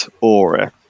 aura